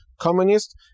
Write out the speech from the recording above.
communist